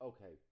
Okay